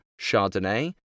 Chardonnay